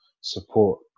support